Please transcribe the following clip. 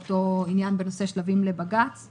משותפת של הוועדה לזכויות הילד וועדת החינוך.